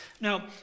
Now